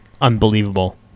unbelievable